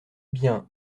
bien